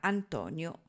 Antonio